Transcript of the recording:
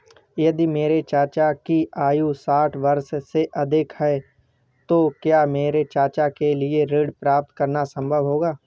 यदि मेरे चाचा की आयु साठ वर्ष से अधिक है तो क्या मेरे चाचा के लिए ऋण प्राप्त करना संभव होगा?